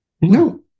No